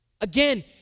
Again